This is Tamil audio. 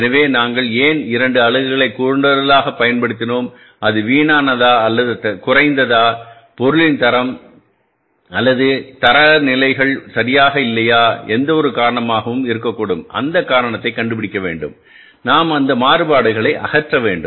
எனவே நாங்கள் ஏன் 2 அலகுகளை கூடுதலாகப் பயன்படுத்தினோம் அது வீணானதா அல்லதுகுறைந்ததா பொருளின் தரம்அல்லது எங்கள் தரநிலைகள் சரியாக இருக்கவில்லையா எந்தவொரு காரணமும் இருக்கக்கூடும் அந்த காரணத்தை நாம் கண்டுபிடிக்க வேண்டும் நாம் அந்த மாறுபாடுகளை அகற்ற வேண்டும்